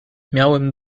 miałem